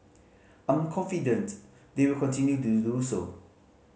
I'm confident they will continue to do so